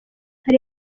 hari